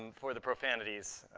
and for the profanities,